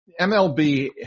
MLB